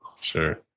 Sure